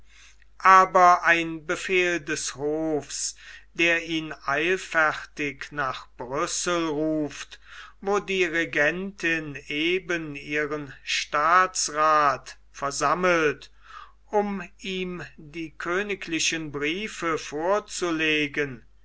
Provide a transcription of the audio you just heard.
aber ein befehl des hofs der ihn eilfertig nach brüssel ruft wo die regentin eben ihren staatsrath versammelt um ihm die königlichen briefe vorzulegen